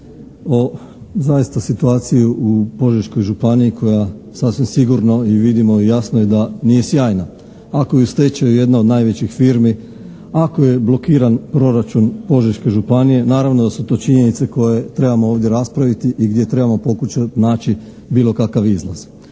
o zaista situaciji o u Požeškoj županiji koja sasvim sigurno i vidimo i jasno da nije sjajna. Ako je u stečaju jedna od najvećih firmi, ako je blokiran proračun Požeške županije, naravno da su to činjenice koje trebamo ovdje raspraviti i gdje trebamo pokušati naći bilo kakav izlaz.